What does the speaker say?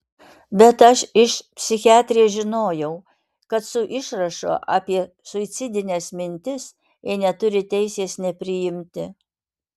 bet aš iš psichiatrės žinojau kad su išrašu apie suicidines mintis jie neturi teisės nepriimti